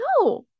no